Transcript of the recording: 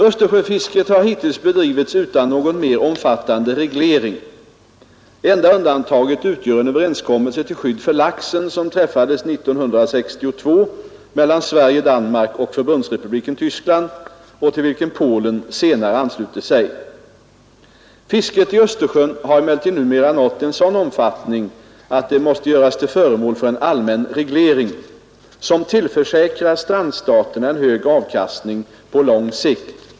Östersjöfisket har hittills bedrivits utan någon mer omfattande reglering. Enda undantaget utgör en överenskommelse till skydd för laxen som träffades 1962 mellan Sverige, Danmark och Förbundsrepubliken Tyskland och till vilken Polen senare anslutit sig. Fisket i Östersjön har emellertid numera nått en sådan omfattning att det måste göras till föremål för en allmän reglering, som tillförsäkrar strandstaterna en hög avkastning på lång sikt.